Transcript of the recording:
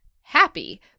happy